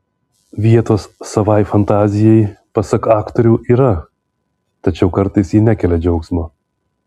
vietos savai fantazijai pasak aktorių yra tačiau kartais ji nekelia džiaugsmo